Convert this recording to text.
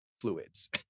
fluids